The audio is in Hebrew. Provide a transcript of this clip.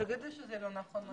תגיד לי שזה לא נכון.